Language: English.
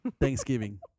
Thanksgiving